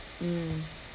mm